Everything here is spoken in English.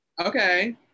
okay